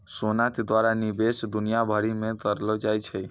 सोना के द्वारा निवेश दुनिया भरि मे करलो जाय छै